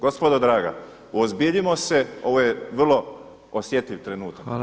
Gospodo draga, uozbiljimo se, ovo je vrlo osjetljiv trenutak.